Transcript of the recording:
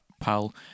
pal